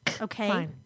Okay